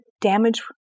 damage